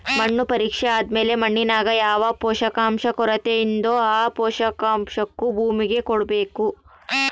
ಮಣ್ಣು ಪರೀಕ್ಷೆ ಆದ್ಮೇಲೆ ಮಣ್ಣಿನಾಗ ಯಾವ ಪೋಷಕಾಂಶ ಕೊರತೆಯಿದೋ ಆ ಪೋಷಾಕು ಭೂಮಿಗೆ ಕೊಡ್ಬೇಕು